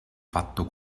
fatto